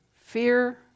fear